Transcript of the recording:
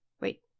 Wait